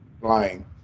flying